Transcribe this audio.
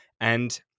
and-